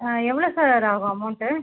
எவ்வளோ சார் ஆகும் அமோன்டு